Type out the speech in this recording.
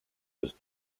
with